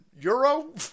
euro